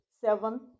seven